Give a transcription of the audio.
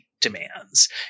demands